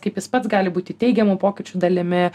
kaip jis pats gali būti teigiamų pokyčių dalimi